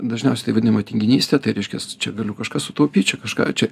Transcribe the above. dažniausiai tai vadinama tinginystė tai reiškias čia galiu kažką sutaupyt čia kažką čia